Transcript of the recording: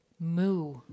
Moo